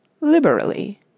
Liberally